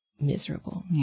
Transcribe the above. miserable